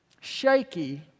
shaky